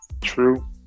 True